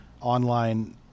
online